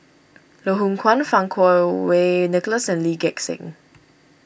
Loh Hoong Kwan Fang Kuo Wei Nicholas and Lee Gek Seng